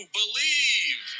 believe